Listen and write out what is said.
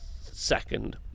second